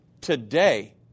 today